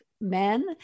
men